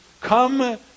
come